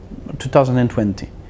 2020